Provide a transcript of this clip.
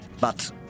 But